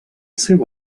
seu